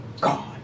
God